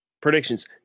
predictions